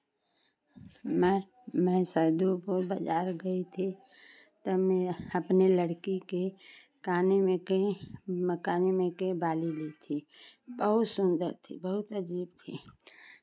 मैं मैं सद्दूपुर बाज़ार गई थी तब मैं अपने लड़की के काने में की मैं काने में के बाली ली थी बहुत सुंदर थी बहुत अजीब थी